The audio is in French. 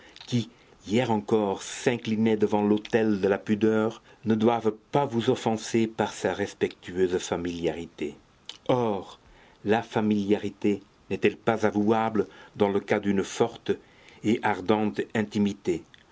qui hier encore s'inclinait devant l'autel de la pudeur ne doive pas vous offenser par sa respectueuse familiarité or la familiarité n'est-elle pas avouable dans le cas d'une forte et ardente intimité